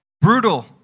brutal